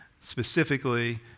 specifically